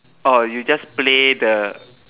oh you just play the